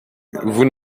vous